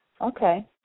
Okay